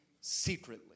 secretly